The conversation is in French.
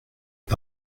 est